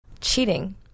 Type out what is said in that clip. Cheating